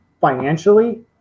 financially